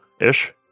Ish